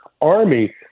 army